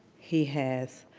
he has